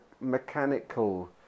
mechanical